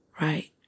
right